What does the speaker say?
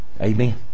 Amen